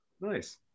nice